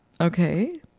Okay